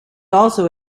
also